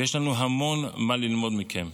ויש לנו המון מה ללמוד מכם.